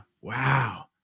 Wow